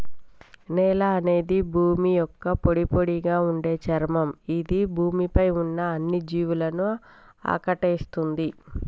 నేల అనేది భూమి యొక్క పొడిపొడిగా ఉండే చర్మం ఇది భూమి పై ఉన్న అన్ని జీవులను ఆకటేస్తుంది